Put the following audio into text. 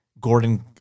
Gordon